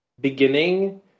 beginning